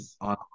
on